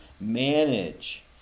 manage